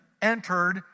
entered